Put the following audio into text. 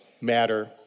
matter